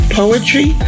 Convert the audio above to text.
poetry